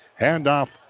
Handoff